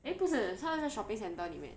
eh 不是它好像 shopping centre 里面